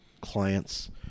clients